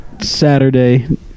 Saturday